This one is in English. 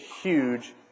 huge